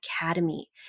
Academy